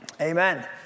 Amen